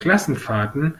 klassenfahrten